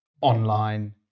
online